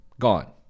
Gone